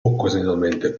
occasionalmente